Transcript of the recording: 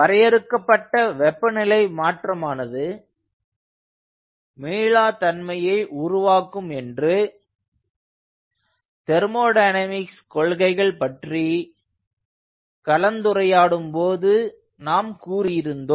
வரையறுக்கப்பட்ட வெப்பநிலை மாற்றமானது மீளா தன்மையை உருவாக்கும் என்று தெர்மோடைனமிக்ஸ் கொள்கைகள் பற்றி கலந்துரையாடும் போது நாம் கூறியிருந்தோம்